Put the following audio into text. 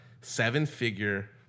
seven-figure